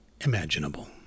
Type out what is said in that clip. imaginable